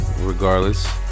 Regardless